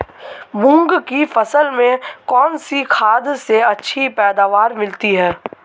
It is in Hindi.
मूंग की फसल में कौनसी खाद से अच्छी पैदावार मिलती है?